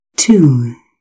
Two